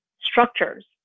structures